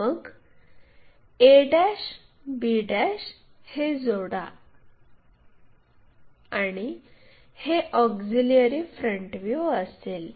मग a b हे जोडा आणि हे ऑक्झिलिअरी फ्रंट व्ह्यू असेल